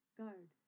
guard